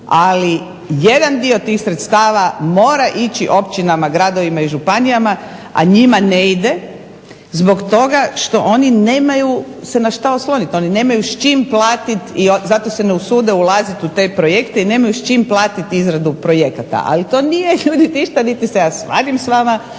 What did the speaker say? ali jedan dio tih sredstava mora ići općinama, gradovima i županijama, a njima ne ide zbog toga što se oni nemaju na što osloniti, oni nemaju s čim platiti i zato se ne usude ulaziti u te projekte i nemaju s čim platiti izradu projekta. Ali to ljudi nije ništa, niti je svadim s vama,